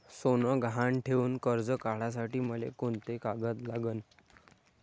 सोनं गहान ठेऊन कर्ज काढासाठी मले कोंते कागद लागन?